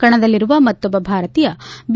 ಕಣದಲ್ಲಿರುವ ಮತ್ತೊಬ್ಬ ಭಾರತೀಯ ಬಿ